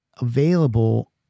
available